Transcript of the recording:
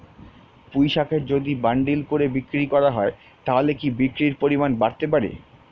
পুঁইশাকের যদি বান্ডিল করে বিক্রি করা হয় তাহলে কি বিক্রির পরিমাণ বাড়তে পারে?